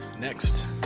Next